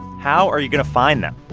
how are you going to find them?